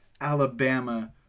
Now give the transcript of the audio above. Alabama